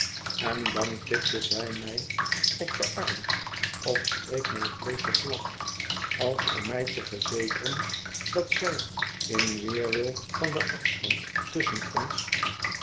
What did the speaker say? en dan tikte zij mij op den arm of streek mijn kleedje glad als om mij te verzekeren dat zij in weerwil van den afstand tusschen ons